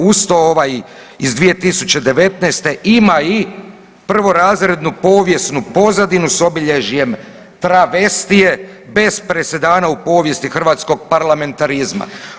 Uz to ovaj iz 2019. ima i prvorazrednu povijesnu pozadinu s obilježjem travestije bez presedana u povijesti hrvatskog parlamentarizma.